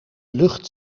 lucht